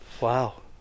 wow